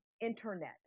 internet